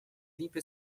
limpo